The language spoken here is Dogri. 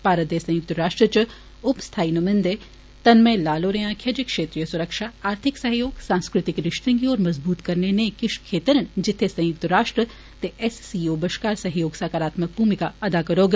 भारत दे संयुक्त राष्ट्र इच उप स्थाई नुमाइंदे तनमेय लाल होरें आक्खेआ जे क्षेत्रीय सुरक्षा आर्थिक सहयोग सांस् तिक रिश्ते गी होर मजबूत करने नेह किश क्षेत्र न जित्थे संयुक्त राष्ट्र ते एससीओ बश्कार सहयोग सकारात्मक भूमिका अदा करौग